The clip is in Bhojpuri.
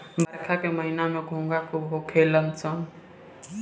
बरखा के महिना में घोंघा खूब होखेल सन